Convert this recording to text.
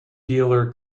dealer